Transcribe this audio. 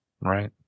Right